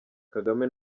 kagame